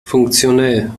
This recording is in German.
funktionell